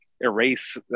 erase